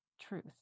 truth